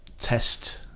test